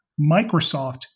Microsoft